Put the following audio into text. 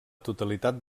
totalitat